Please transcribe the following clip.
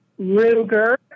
Ruger